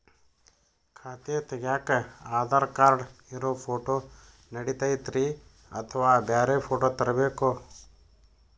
ಖಾತೆ ತಗ್ಯಾಕ್ ಆಧಾರ್ ಕಾರ್ಡ್ ಇರೋ ಫೋಟೋ ನಡಿತೈತ್ರಿ ಅಥವಾ ಬ್ಯಾರೆ ಫೋಟೋ ತರಬೇಕೋ?